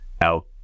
out